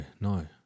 no